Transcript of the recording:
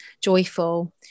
joyful